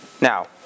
Now